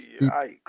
yikes